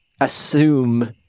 assume